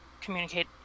communicate